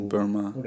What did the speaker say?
Burma